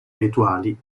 rituali